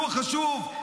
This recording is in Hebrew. שהוא חשוב,